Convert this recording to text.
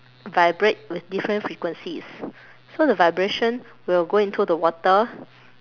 vibrate with different frequencies so the vibration will go into the water